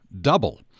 double